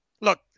look